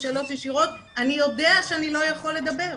אני יודע שאני לא יכול לדבר.